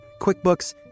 QuickBooks